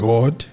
God